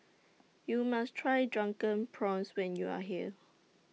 YOU must Try Drunken Prawns when YOU Are here